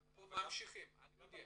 גם פה ממשיכים, אני יודע.